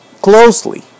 closely